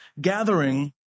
gathering